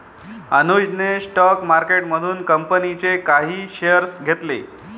अनुजने स्टॉक मार्केटमधून कंपनीचे काही शेअर्स घेतले